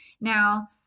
now